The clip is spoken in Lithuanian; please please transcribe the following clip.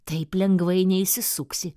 taip lengvai neišsisuksi